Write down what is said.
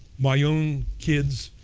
my own kids